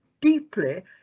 deeply